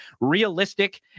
realistic